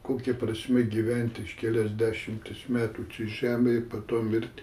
kokia prasmė gyventi iš kelias dešimtis metų čia žemėj ir po to mirti